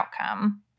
outcome